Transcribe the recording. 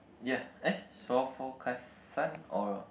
ya eh shore for Kasan or